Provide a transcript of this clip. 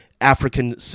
african